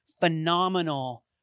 phenomenal